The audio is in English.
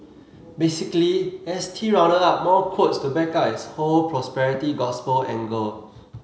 basically S T rounded up more quotes to back up its whole prosperity gospel angle